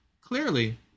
Clearly